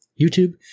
YouTube